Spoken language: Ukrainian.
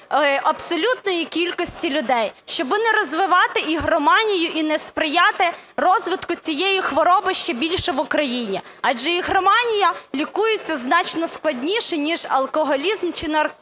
абсолютної кількості людей. Щоби не розвивати ігроманію і не сприяти розвитку цієї хвороби ще більше в Україні, адже ігроманія лікується значно складніше, ніж алкоголізм чи наркотики.